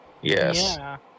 Yes